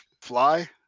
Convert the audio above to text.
fly